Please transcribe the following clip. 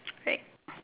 right